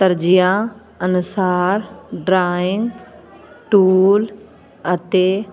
ਤਰਜੀਹਾਂ ਅਨੁਸਾਰ drawing tool ਅਤੇ